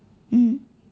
mm